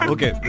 Okay